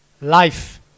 life